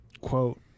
quote